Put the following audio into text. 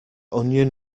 onion